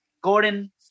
Gordon